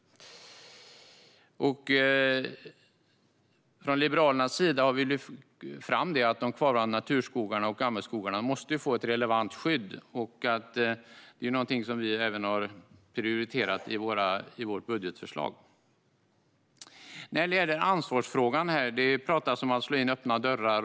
Från Liberalernas sida har vi lyft fram att de kvarvarande naturskogarna och gammelskogarna måste få ett relevant skydd. Det är något som vi även har prioriterat i vårt budgetförslag. När det gäller ansvarsfrågan pratas det om att slå in öppna dörrar.